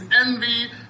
envy